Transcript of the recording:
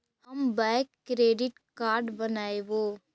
हम bank credit card बनैवो?